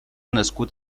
nascut